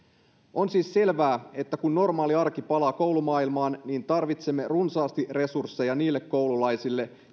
on siis selvää että kun normaali arki palaa koulumaailmaan niin tarvitsemme runsaasti resursseja niille koululaisille